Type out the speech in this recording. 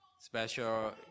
special